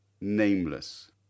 nameless –